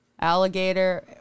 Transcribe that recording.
Alligator